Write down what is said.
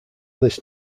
this